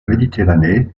méditerranée